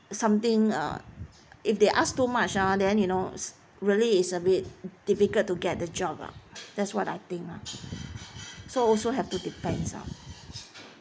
something uh if they ask too much ah then you know really is a bit difficult to get the job ah that's what I think lah so also have to depends ah